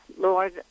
Lord